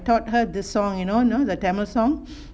taught her this song you know the tamil song